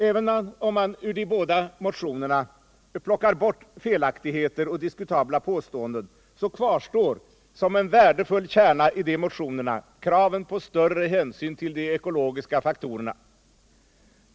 Även om man ur de båda motionerna plockar bort felaktigheter och diskutabla påståenden, kvarstår som en värdefull kärna kravet på större hänsyn till de ekologiska faktorerna.